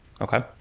Okay